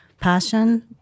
passion